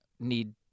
need